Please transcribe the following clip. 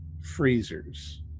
freezers